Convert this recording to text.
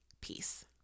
Peace